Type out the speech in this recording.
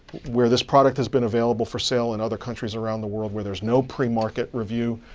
where this product has been available for sale in other countries around the world, where there's no pre-market review,